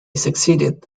succeeded